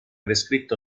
descritto